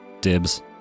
Dibs